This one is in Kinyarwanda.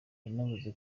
yanavuze